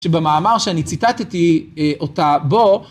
שבמאמר שאני ציטטתי אותה בו.